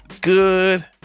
good